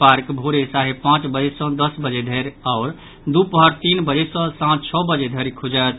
park भोरे साढ़े पांच बजे सँ दस बजे धरि आओर दूपहर तीन बजे सँ सांझ छओ बजे धरि खुजत